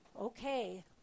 okay